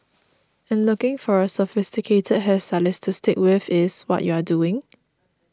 and looking for a sophisticated hair stylist to stick with is what you are doing